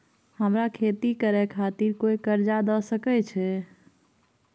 हमरा खेती करे खातिर कोय कर्जा द सकय छै?